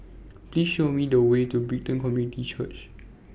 Please Show Me The Way to Brighton Community Church